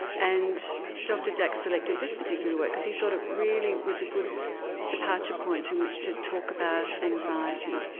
and dr dax selected this particular work because he thought it really was a good departure point in which to talk about anxiety.